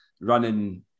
running